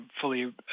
fully